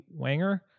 Wanger